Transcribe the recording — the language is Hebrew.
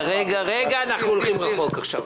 רגע, אנחנו הולכים רחוק עכשיו.